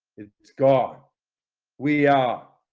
it's gone we are